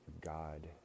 God